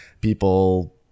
people